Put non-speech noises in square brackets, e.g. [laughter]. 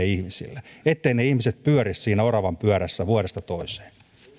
[unintelligible] ihmisille etteivät ne ihmiset pyöri siinä oravanpyörässä vuodesta toiseen